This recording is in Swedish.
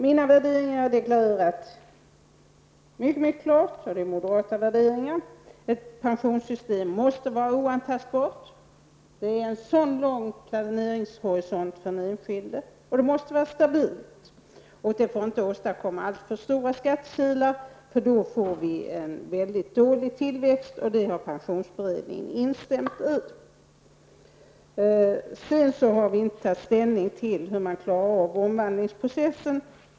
Mina värderingar har jag deklarerat mycket klart, och de är moderata värderingar. Ett pensionssystem måste vara oantastbart. Det är en lång planeringshorisont för den enskilde, och det måste vara stabilt. Det får inte åstadkomma alltför stora skattekilar eftersom vi då får en mycket dålig tillväxt. Pensionsberedningen har instämt i detta. Vi har inte tagit ställning till hur man skall klara av omvandlingsprocessen.